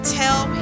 tell